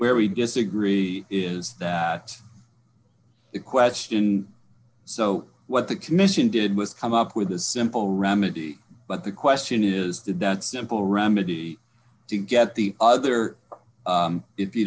where we disagree is that the question so what the commission did was come up with a simple remedy but the question is did that simple remedy to get the other if you